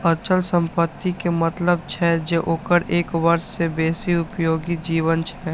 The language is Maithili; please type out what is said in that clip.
अचल संपत्ति के मतलब छै जे ओकर एक वर्ष सं बेसी उपयोगी जीवन छै